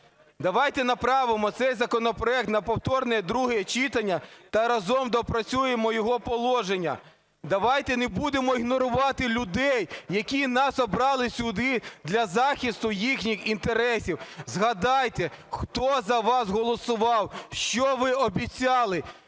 Давайте направимо цей законопроект на повторне друге читання та разом доопрацюємо його положення. Давайте не будемо ігнорувати людей, які нас обрали сюди для захисту їхніх інтересів. Згадайте, хто за вас голосував, що ви обіцяли.